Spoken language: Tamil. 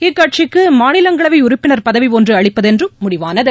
இக்கட்சிக்குமாநிலங்களவைஉறுப்பினர் பதவி ஒன்றுஅளிப்பதென்றும் முடிவானது